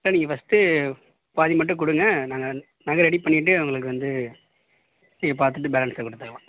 சரி நீங்கள் ஃபர்ஸ்ட்டு பாதி மட்டும் கொடுங்க நாங்கள் நகை ரெடி பண்ணிவிட்டு உங்களுக்கு வந்து நீங்கள் பார்த்துட்டு பேலன்ஸ்ஸை கொடுத்துக்கலாம்